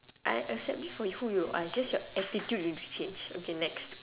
I accept you for who you are just your attitude you've to change okay next